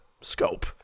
scope